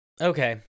Okay